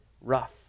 rough